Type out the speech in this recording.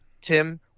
Tim